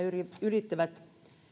yrittävät